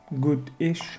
good-ish